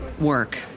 work